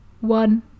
one